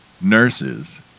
nurses